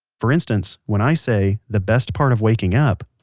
for instance, when i say, the best part of waking up,